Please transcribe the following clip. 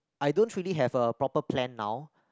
I don't really have a proper plan now